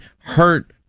hurt